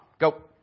Go